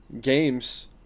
games